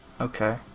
Okay